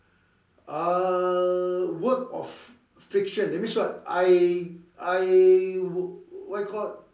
uh work of friction that means what I I wh~ what you called